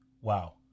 Wow